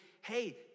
hey